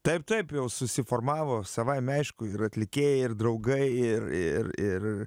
taip taip jau susiformavo savaime aišku ir atlikėjai ir draugai ir ir ir